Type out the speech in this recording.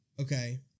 Okay